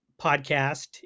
podcast